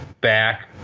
back